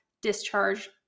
discharge